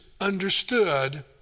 understood